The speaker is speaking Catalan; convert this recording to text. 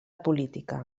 política